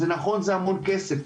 אז נכון, זה המון כסף.